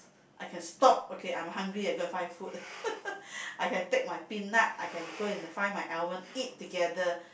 I can stop okay I am hungry I go and find food I can take my peanut I can go and find my almond eat together